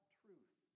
truth